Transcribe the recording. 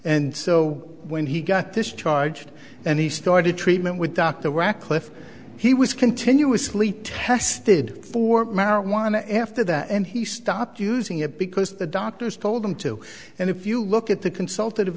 and so when he got discharged and he started treatment with dr radcliffe he was continuously tested for marijuana after that and he stopped using it because the doctors told him to and if you look at the consult